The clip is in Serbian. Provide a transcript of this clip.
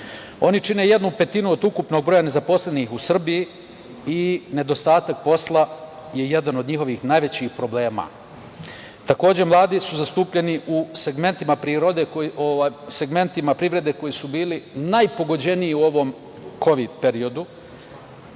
Oni čine jednu petinu od ukupnog broja nezaposlenih u Srbiji i nedostatak posla je jedan od njihovih najvećih problema. Takođe, mladi su zastupljeni u segmentima privrede koji su bili najpogođeniji u ovom kovid periodu,